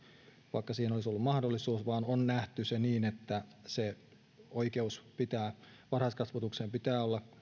vaikka siihen olisi ollut mahdollisuus vaan on nähty se niin että oikeus varhaiskasvatukseen pitää olla